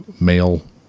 male